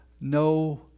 no